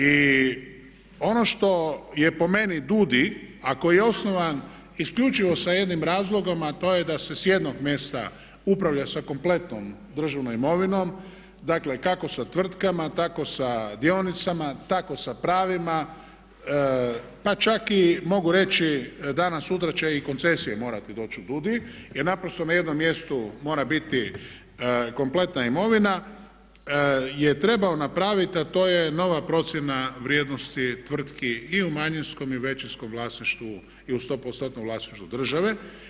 I ono što je po meni DUUDI a koji je osnovan isključivo sa jednim razlogom, a to je da se s jednog mjesta upravlja sa kompletnom državnom imovinom, dakle kako sa tvrtkama tako i sa dionicama, tako sa pravima pa čak i mogu reći danas sutra će i koncesije morati doći u DUUDI jer naprosto na jednom mjestu mora biti kompletna imovina je trebao napraviti a to je nova procjena vrijednosti tvrtki i u manjinskom i većinskom vlasništvu i u 100%-nom vlasništvu države.